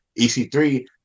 EC3